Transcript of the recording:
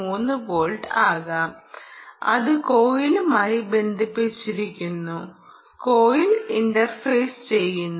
3 volt ആകാം അത് കോയിലുമായി ബന്ധിപ്പിച്ചിരിക്കുന്നു കോയിൽ ഇന്റർഫേസ് ചെയ്യുന്നു